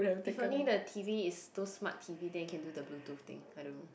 if only the t_v is those smart t_v then you can do the bluetooth thing I don't